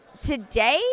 today